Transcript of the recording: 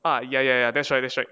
oh ya ya ya that's right that's right